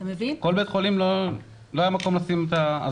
בכל בית החולים לא היה מקום לשים את ה- -- אז